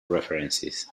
references